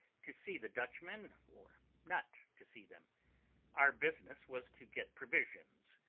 to see the dutchmen or not to see them our business was to get provisions,